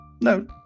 No